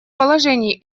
положении